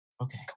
Okay